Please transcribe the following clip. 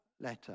letter